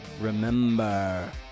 Remember